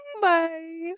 Bye